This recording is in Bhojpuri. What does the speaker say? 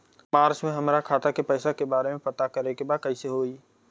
मार्च में हमरा खाता के पैसा के बारे में पता करे के बा कइसे होई?